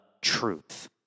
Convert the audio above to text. truth